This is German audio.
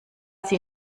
die